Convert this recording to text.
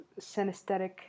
synesthetic